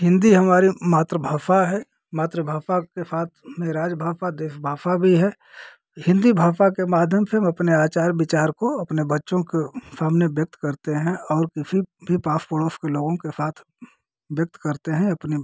हिन्दी हमारी मातृभाषा है मातृभाषा के साथ में राजभाषा देशभाषा भी है हिन्दी भाषा के माध्यम से हम अपने आचार विचार को अपने बच्चों के सामने व्यक्त करते हैं और किसी भी पास पड़ोस के लोगों के साथ व्यक्त करते हैं अपनी